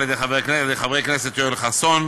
על-ידי חבר הכנסת יואל חסון,